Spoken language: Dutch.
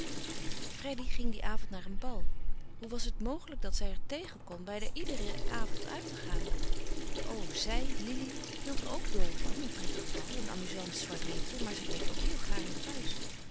freddy ging dien avond naar een bal hoe was het mogelijk dat zij er tegen kon bijna iederen avond uit te gaan o zij lili hield er ook dol van een prettig bal een amuzant soiréetje maar ze bleef ook heel gaarne thuis